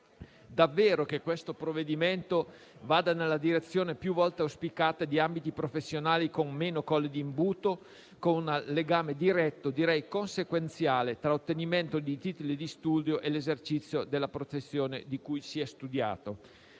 davvero che questo provvedimento vada nella direzione, più volte auspicata, di ambiti professionali con meno colli di imbuto, con legame diretto, direi consequenziale, tra ottenimento di titoli di studio e l'esercizio della professione per cui si è studiato.